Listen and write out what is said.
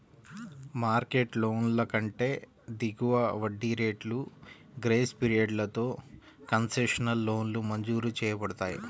market లోన్ల కంటే దిగువ వడ్డీ రేట్లు, గ్రేస్ పీరియడ్లతో కన్సెషనల్ లోన్లు మంజూరు చేయబడతాయి